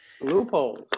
Loopholes